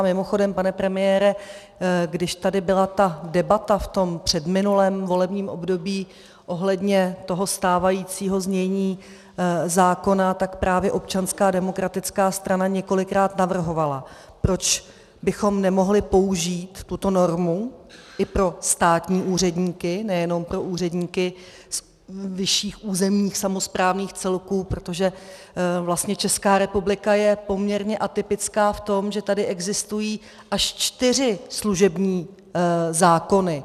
Mimochodem, pane premiére, když tady byla debata v tom předminulém volebním období ohledně stávajícího znění zákona, tak právě Občanská demokratická strana několikrát navrhovala, proč bychom nemohli použít tuto normu i pro státní úředníky, nejenom pro úředníky vyšších územních samosprávných celků, protože vlastně Česká republika je poměrně atypická v tom, že tady existují až čtyři služební zákony.